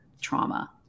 trauma